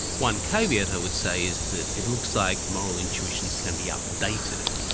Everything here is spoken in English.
one caveat i would say is that it looks like moral intuitions can be updated,